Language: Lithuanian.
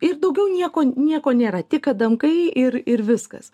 ir daugiau nieko nieko nėra tik adamkai ir ir viskas